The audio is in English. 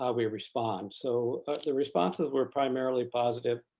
ah we respond. so the responses were primarily positive,